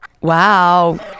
wow